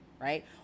right